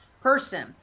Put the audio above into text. person